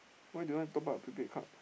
why do you want top up prepaid card